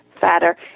fatter